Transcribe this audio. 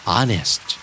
Honest